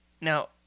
Now